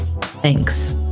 Thanks